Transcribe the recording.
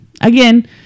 again